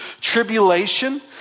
tribulation